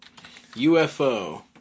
UFO